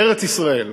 ארץ-ישראל.